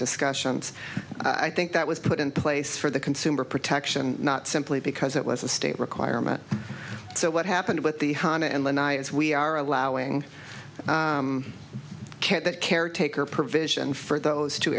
discussions i think that was put in place for the consumer protection not simply because it was a state requirement so what happened with the hanta and lanai is we are allowing kent that caretaker provision for those two